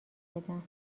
بدم